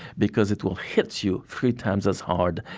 because it will hit you three times as hard,